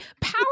power